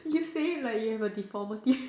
you say it like you have a deformity